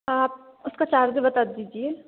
आप उसका का चार्ज बता दीजिए